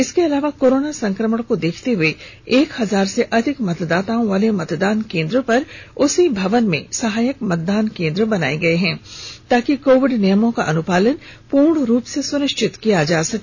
इसके अलावा कोरोना संक्रमण को देखते हुए एक हजार से अधिक मतदाताओं वाले मतदान केंद्र पर उसी भवन में सहायक मतदान केन्द्र बनाये गये हैं ताकि कोविड नियमों का अनुपालन पूर्ण रूप से सुनिश्चित किया जा सके